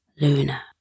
Luna